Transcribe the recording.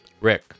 Rick